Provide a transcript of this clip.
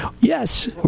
Yes